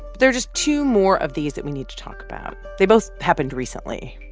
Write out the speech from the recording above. there are just two more of these that we need to talk about. they both happened recently,